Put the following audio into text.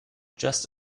just